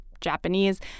Japanese